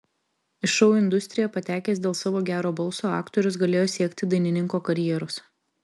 į šou industriją patekęs dėl savo gero balso aktorius galėjo siekti dainininko karjeros